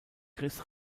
chris